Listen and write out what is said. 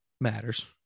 matters